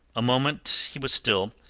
a moment he was still,